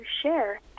share